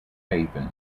haven